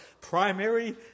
primary